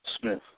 Smith